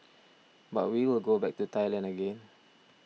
but we will go back to Thailand again